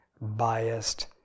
biased